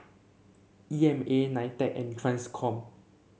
E M A Nitec and Transcom